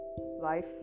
Life